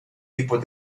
tipos